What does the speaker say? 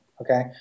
okay